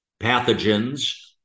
pathogens